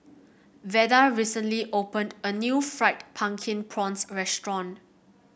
Veda recently opened a new Fried Pumpkin Prawns restaurant